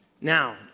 Now